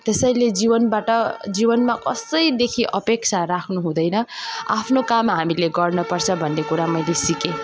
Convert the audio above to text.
त्यसैले जीवनबाट जीवनमा कसैदेखि अपेक्षा राख्नु हुँदैन आफ्नो काम हामीले गर्न पर्छ भन्ने कुरा मैले सिकेँ